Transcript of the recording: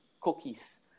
cookies